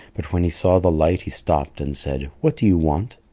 but when he saw the light he stopped and said, what do you want?